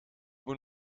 moet